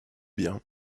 bien